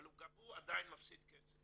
אבל גם הוא עדיין מפסיד כסף